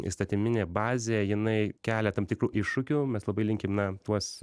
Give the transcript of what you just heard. įstatyminė bazė jinai kelia tam tikrų iššūkių mes labai linkim na tuos